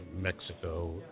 Mexico